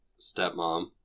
stepmom